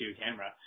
camera